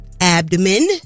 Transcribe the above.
abdomen